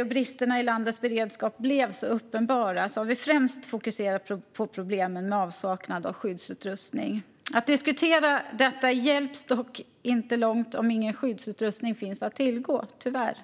och bristerna i landets beredskap blev uppenbara har vi främst fokuserat på problemen med avsaknad av skyddsutrustning. Att diskutera detta hjälper dock inte långt om ingen skyddsutrustning finns att tillgå - tyvärr.